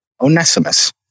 Onesimus